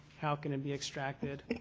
how can it be extracted.